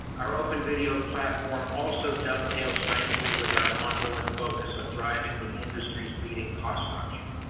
our open video platform also dovetails nicely with our ongoing focus on driving the industry's leading cost structure.